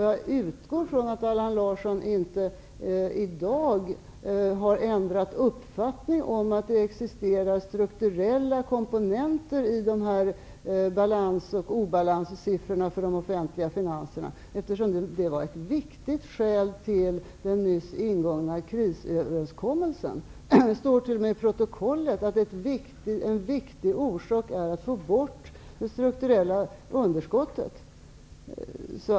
Jag utgår från att Allan Larsson inte har ändrat uppfattning i dag om att det existerar strukturella komponenter i dessa balansoch obalanssiffrorna för de offentliga finanserna. Det var ett viktigt skäl till den nyss ingångna krisöverenskommelsen. Det står t.o.m. i protokollet att en viktig orsak är att få bort det strukturella underskottet.